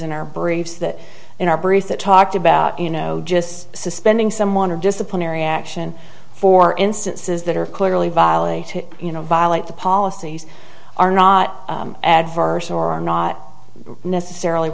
in our briefs that in our brief that talked about you know just suspending someone or disciplinary action for instances that are clearly violated you know violate the policies are not adverse or are not necessarily